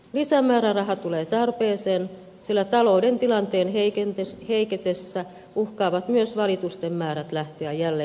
lisämääräraha tulee tarpeeseen sillä talouden tilanteen heiketessä uhkaavat myös valitusten määrät lähteä jälleen kasvuun